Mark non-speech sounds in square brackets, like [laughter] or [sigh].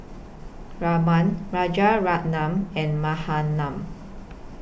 Raman Rajaratnam and [unintelligible]